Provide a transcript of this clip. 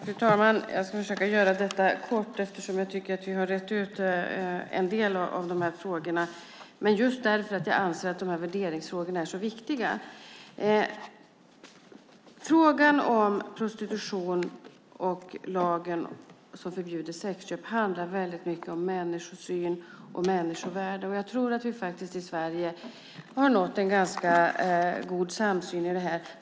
Fru talman! Jag ska försöka fatta mig kort eftersom jag tycker att vi har rett ut en del av frågorna. Jag anser att värderingsfrågorna är viktiga. Frågan om prostitution och lagen som förbjuder sexköp handlar mycket om människosyn och människovärde. Jag tror att vi i Sverige har nått en god samsyn i detta.